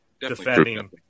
defending